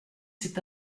cet